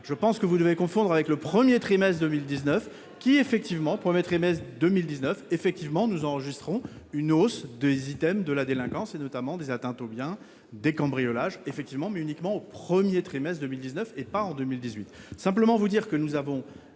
je pense que vous devez confondre avec le 1er trimestre 2019 qui effectivement au 1er trimestre 2019, effectivement, nous enregistrons une hausse des items de la délinquance et notamment des atteintes aux biens des cambriolages, effectivement, mais uniquement au 1er trimestre 2000 19 et pas en 2018 simplement vous dire que nous avons